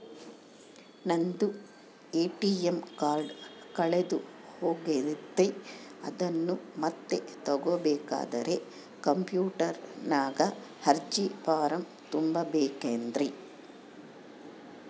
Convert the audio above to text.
ನಂದು ATM card ಕಳೆದು ಹೋಗೈತ್ರಿ ಅದನ್ನು ಮತ್ತೆ ತಗೋಬೇಕಾದರೆ ಕಂಪ್ಯೂಟರ್ ನಾಗ ಅರ್ಜಿ ಫಾರಂ ತುಂಬಬೇಕನ್ರಿ?